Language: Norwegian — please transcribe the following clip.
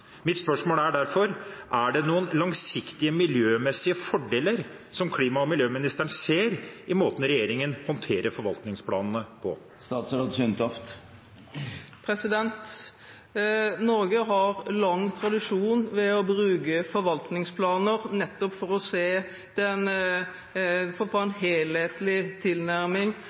Mitt spørsmål er derfor: Er det noen langsiktige miljømessige fordeler som klima- og miljøministeren ser i måten regjeringen håndterer forvaltningsplanene på? Norge har lang tradisjon for å bruke forvaltningsplaner nettopp for å få en helhetlig tilnærming og politikkutforming for